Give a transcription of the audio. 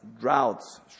droughts